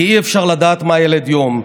כי אי-אפשר לדעת מה ילד יום.